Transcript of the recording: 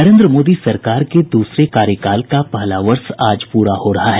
नरेन्द्र मोदी सरकार के दूसरे कार्यकाल का पहला वर्ष आज पूरा हो रहा है